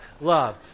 love